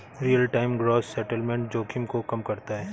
real time gross settlement जोखिम को कम करता है